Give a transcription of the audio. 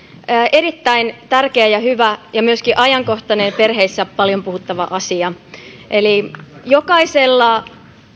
erittäin tärkeä hyvä ja myöskin ajankohtainen ja perheissä paljon puhuttava asia jokaisella